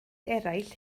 eraill